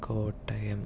Kottayam